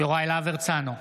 יוראי להב הרצנו,